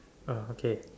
uh okay